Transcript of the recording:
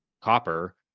copper